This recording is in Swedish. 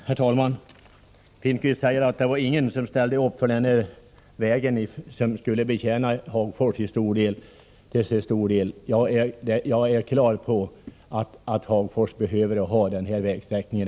Herr talman! Bo Finnkvist säger att ingen ställde upp för den väg som skulle betjäna Hagfors. Jag är på det klara med att Hagfors behöver denna väg.